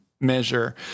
measure